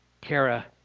Kara